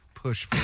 Push